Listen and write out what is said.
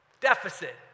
Deficit